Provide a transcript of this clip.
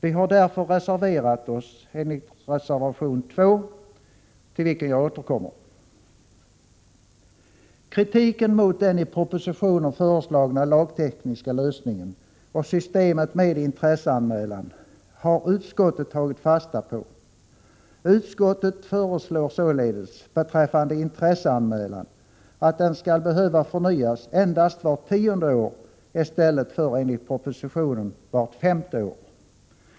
Vi har därför i reservation 2 yrkat bifall till vårt motionsförslag i denna del. Jag återkommer senare i mitt anförande till reservationen. Kritiken mot den i propositionen föreslagna lagtekniska lösningen och systemet med intresseanmälan har utskottet tagit fasta på. Utskottet föreslår således beträffande intresseanmälan att denna skall behöva förnyas endast vart tionde år i stället för, såsom föreslås i propositionen, vart femte år.